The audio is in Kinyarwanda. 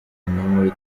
muri